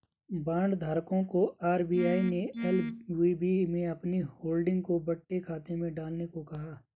bond धारकों को RBI ने एल.वी.बी में अपनी होल्डिंग को बट्टे खाते में डालने कहा